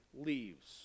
leaves